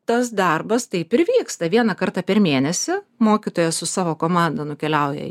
tas darbas taip ir vyksta vieną kartą per mėnesį mokytojas su savo komanda nukeliauja